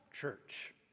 church